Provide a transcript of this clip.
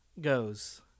goes